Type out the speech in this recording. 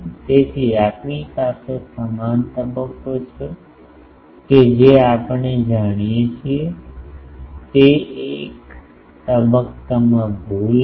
તેથી આપણી પાસે સમાન તબક્કો છે કે આપણે જાણીએ છીએ કે એક તબક્કામાં ભૂલ હશે